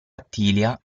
attilia